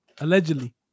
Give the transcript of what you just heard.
Allegedly